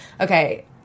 okay